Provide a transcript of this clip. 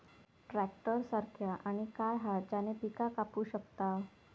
Tractor सारखा आणि काय हा ज्याने पीका कापू शकताव?